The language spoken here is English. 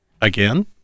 Again